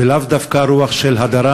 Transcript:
ולאו דווקא רוח של הדרה.